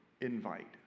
invite